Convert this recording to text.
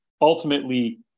ultimately